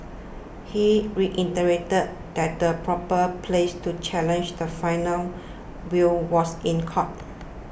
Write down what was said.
he reiterated that the proper place to challenge the final will was in court